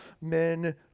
men